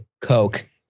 coke